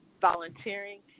volunteering